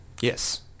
Yes